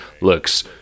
looks